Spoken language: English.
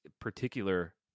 particular